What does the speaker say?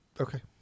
okay